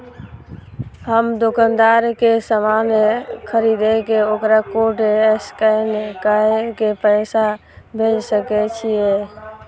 हम दुकानदार के समान खरीद के वकरा कोड स्कैन काय के पैसा भेज सके छिए?